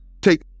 take